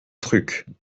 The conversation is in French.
trucs